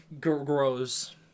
grows